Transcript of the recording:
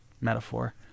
metaphor